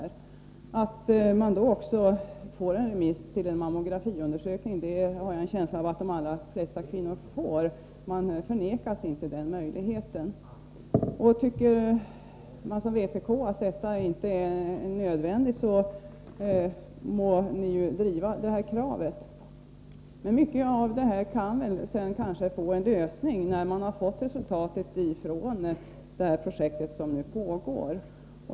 Jag har en känsla av att de allra flesta kvinnor får en remiss till en mammografiundersökning, att de inte vägras den möjligheten. Tycker man som vpk att detta inte är nödvändigt må ni ju driva ert krav. Men mycket av detta kan sedan få en lösning när man har fått resultatet från det projekt som nu pågår.